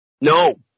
No